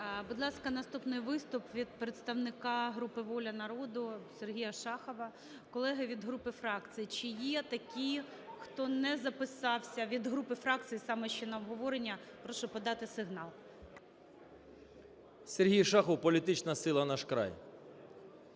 Будь ласка, наступний виступ від представника групи "Воля народу", Сергія Шахова. Колеги, від групи фракцій, чи є такі, хто не записався, від групи фракцій саме, ще на обговорення, прошу подати сигнал. 11:19:41 ШАХОВ С.В. СергійШахов, політична сила "Наш край".